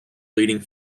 leading